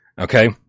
okay